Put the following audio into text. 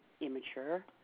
immature